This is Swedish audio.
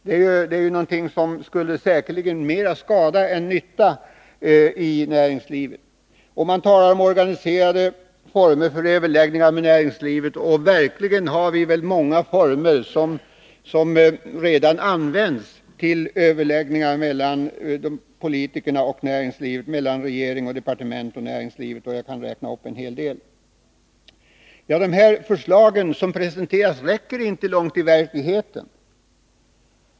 Det är ju någonting som säkerligen skulle vara mera till skada än till nytta i näringslivet. Vidare talar man om organiserade former för överläggningar med näringslivet. Men vi har verkligen redan många former för överläggningar, mellan politikerna och företrädare för näringslivet, mellan regeringen och näringslivet osv. Jag kan räkna upp en hel del. De förslag som presenterats räcker inte långt i verkligheten.